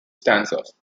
stanzas